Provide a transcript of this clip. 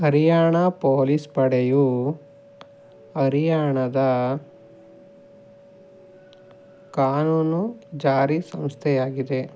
Haryana police ಪಡೆಯು ಹರಿಯಾಣದ ಕಾನೂನು ಜಾರಿ ಸಂಸ್ಥೆಯಾಗಿದೆ